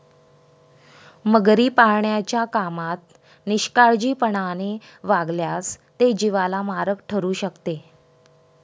मगरी पाळण्याच्या कामात निष्काळजीपणाने वागल्यास ते जीवाला मारक ठरू शकते